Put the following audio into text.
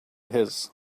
his